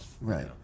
Right